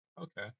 Okay